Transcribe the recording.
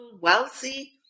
wealthy